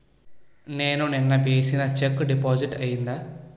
నేను నిన్న వేసిన చెక్ డిపాజిట్ అయిందా?